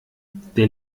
der